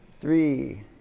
three